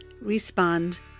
Respond